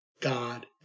God